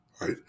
right